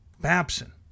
Babson